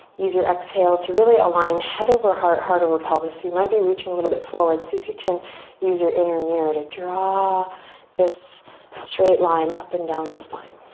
use your exhale to really align head over heart, heart over pelvis. you might be reaching a little bit forward, see if you can use your inner mirror to draw this straight line up and down the spine.